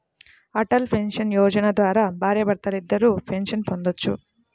Atal pension Yojana ద్వారా భార్యాభర్తలిద్దరూ pension పొందొచ్చు